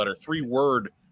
three-word